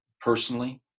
personally